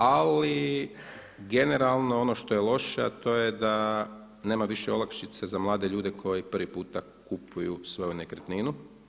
Ali generalno ono što je loše, a to je da nema više olakšica za mlade ljude koji prvi puta kupuju svoju nekretninu.